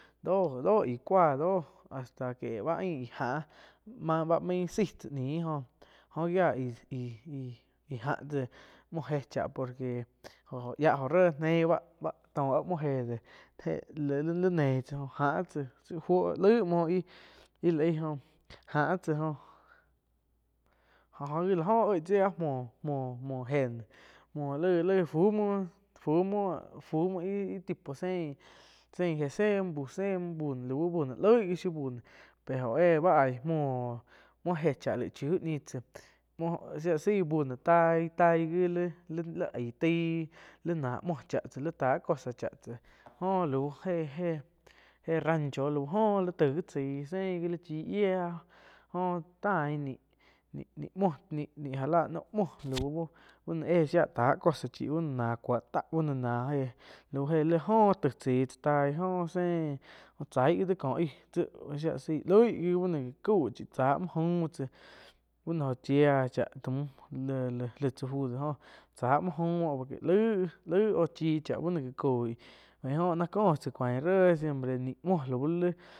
Dó dó gie cuáhh hasta que ba ain gá áh báh ba main zai cháh ñiu oh gia aí-aí já tsáh muoh jé cháh kie jóh yáh jo réh nein báh tóh áh muoh éh li-li nein jáh tsá chiu fuo laih muoh óh-íh la aig oh jáh tsáh óh. Jo gi la oh oih tsaih áh muo-muo éh no muoh lai-lai fu muoh fu muoh íh tipo sein éh, se muo bü se muo lau bü no laih muoh shiu bü noh pe óh éh báh aíh muo, muoh éh chá laig chiu ñiu tsá, shia la saih bü no tai-tai li-li aaí taih lí náh muo cháh lí tah cosa cha tsa jó lau éh-éh éh rancho óh li taig gi tsai sein gi li chí yíah óh tain ní-ní muoh já la noh muoh lau éh shia táh cosa chi bá noh éh náh cuó táh náh éh lau éh li aum taíh chai cha taih jó sein chaig gi dá có aig shía zeih loig gi báh noh ga cau tsá muo gaum muo báh no jo chía cháh tai mü laitsá fu do chá muo gaum muoh por que laig. laig óh chí cha bá noh gá cói nih báin óh náh cóh tsá cuaín réh siempre ni muo lau lí.